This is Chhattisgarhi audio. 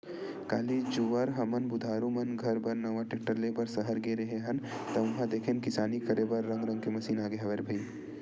काली जुवर हमन बुधारु मन घर बर नवा टेक्टर ले बर सहर गे रेहे हन ता उहां देखेन किसानी करे बर रंग रंग के मसीन आगे हवय रे भई